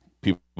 people